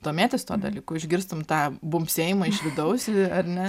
domėtis tuo dalyku išgirstum tą bumbsėjimą iš vidaus ar ne